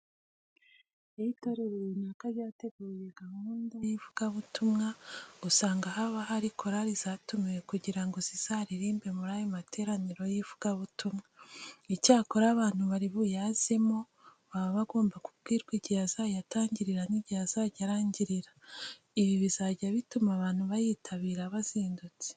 Iyo itorero runaka ryateguye gahunda y'ivugabutumwa usanga haba hari korari zatumiwe kugira ngo zizaririmbe muri ayo materaniro y'ivugabutumwa. Icyakora abantu bari buyazemo baba bagomba kubwirwa igihe azajya atangirira n'igihe azajya arangirira. Ibi bizajya bituma abantu bayitabira bazindutse.